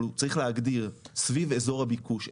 אבל הוא צריך להגדיר סביב אזור הביקוש,